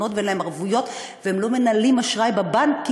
חסכונות ואין להם ערבויות והם לא מנהלים אשראי בבנק,